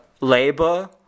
labor